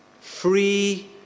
free